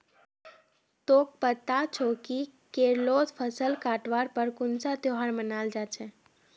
तोक पता छोक कि केरलत फसल काटवार पर कुन्सा त्योहार मनाल जा छे